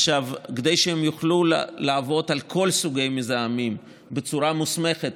כדי שהן יוכלו לעבוד על כל סוגי המזהמים בצורה מוסמכת,